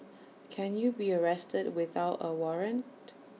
can you be arrested without A warrant